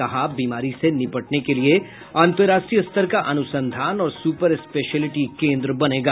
कहा बीमारी से निपटने के लिए अंतर्राष्ट्रीय स्तर का अनुसंधान और सुपर स्पेशयिलिटी केन्द्र बनेगा